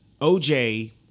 OJ